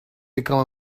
become